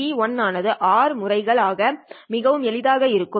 P1r ஆனது R முறைகள் ஆக மிகவும் எளிதாக இருக்கும்